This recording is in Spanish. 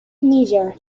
meyer